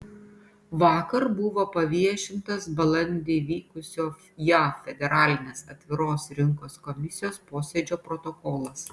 vakar buvo paviešintas balandį vykusio jav federalinės atviros rinkos komisijos posėdžio protokolas